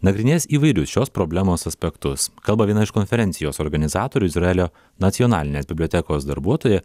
nagrinės įvairius šios problemos aspektus kalba viena iš konferencijos organizatorių izraelio nacionalinės bibliotekos darbuotoja